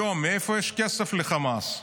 מאיפה יש כסף לחמאס היום?